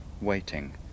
waiting